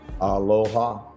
Aloha